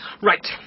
Right